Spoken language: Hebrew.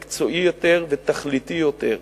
מקצועי יותר ותכליתי יותר.